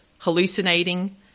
hallucinating